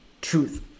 truth